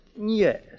Yes